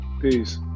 Peace